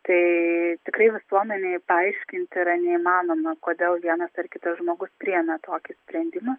tai tikrai visuomenei paaiškinti yra neįmanoma kodėl vienas ar kitas žmogus priėmė tokį sprendimą